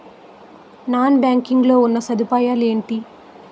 Non banking లో ఉన్నా సదుపాయాలు ఎంటి?